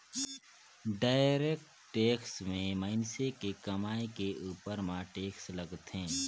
direct tax में मइनसे के कमई के उपर म टेक्स लगथे